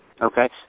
Okay